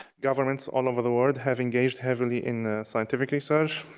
governments all over the world have engaged heavily in scientific research,